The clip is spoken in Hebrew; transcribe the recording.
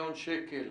מיליון שקל,